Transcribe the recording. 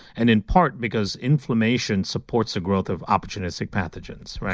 and in part, because inflammation supports the growth of opportunistic pathogens.